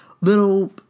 little